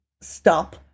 stop